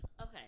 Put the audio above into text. Okay